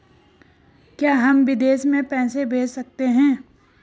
क्या हम विदेश में पैसे भेज सकते हैं?